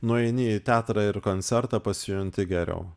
nueini į teatrą ir koncertą pasijunti geriau